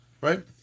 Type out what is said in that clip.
right